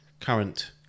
current